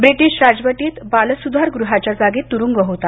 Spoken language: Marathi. ब्रिटिश राजवटीत बालसुधार गृहाच्या जागी तुरुंग होता